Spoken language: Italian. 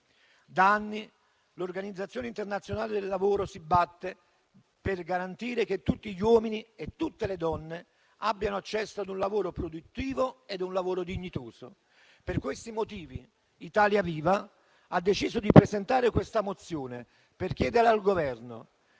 Da anni l'organizzazione internazionale del lavoro si batte per garantire che tutti gli uomini e tutte le donne abbiano accesso ad un lavoro produttivo e ad un lavoro dignitoso. Per questi motivi, Italia Viva ha deciso di presentare questa mozione, per chiedere al Governo: